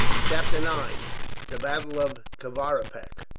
chapter nine the battle of kavaripak.